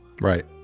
Right